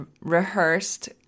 rehearsed